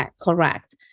Correct